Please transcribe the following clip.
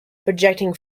projecting